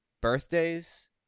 birthdays